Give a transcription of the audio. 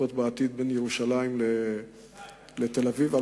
ובעתיד תימשך הנסיעה בין ירושלים לתל-אביב 28 דקות.